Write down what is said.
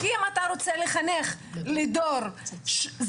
כי אם אתה רוצה לחנך לדור זקוף,